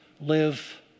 live